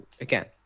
again